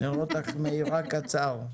נראה אותך מעירה קצר.